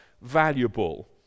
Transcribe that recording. valuable